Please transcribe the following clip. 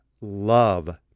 love